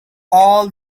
all